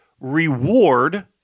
reward